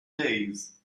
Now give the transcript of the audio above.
days